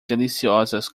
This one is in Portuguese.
deliciosas